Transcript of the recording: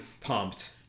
pumped